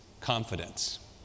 confidence